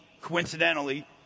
coincidentally